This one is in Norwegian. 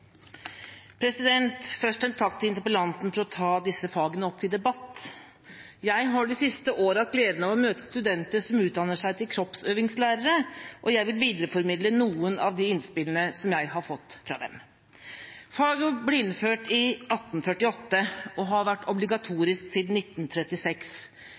Først en takk til interpellanten for å ta disse fagene opp til debatt. Jeg har det siste året hatt gleden av å møte studenter som utdanner seg til kroppsøvingslærere, og jeg vil videreformidle noen av de innspillene som jeg har fått fra dem. Faget ble innført i 1848 og har vært obligatorisk siden 1936.